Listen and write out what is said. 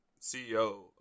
CEO